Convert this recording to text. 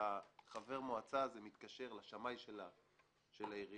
חבר המועצה הזה מתקשר לשמאי של העירייה